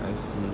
I see